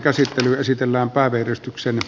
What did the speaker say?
asian käsittely keskeytetään